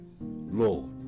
Lord